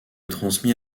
transmit